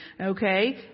okay